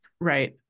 Right